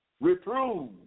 Reprove